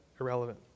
irrelevant